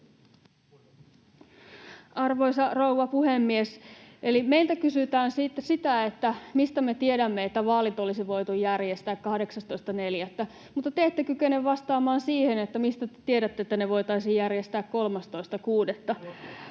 Arvoisa rouva puhemies! Meiltä kysytään sitä, mistä me tiedämme, että vaalit olisi voitu järjestää 18.4., mutta te ette kykene vastaamaan siihen, mistä te tiedätte, että ne voitaisiin järjestää 13.6.